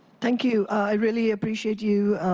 thank you. i really appreciate you